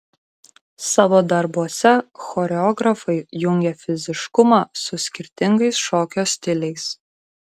savo darbuose choreografai jungia fiziškumą su skirtingais šokio stiliais